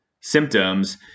symptoms